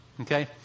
Okay